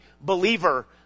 believer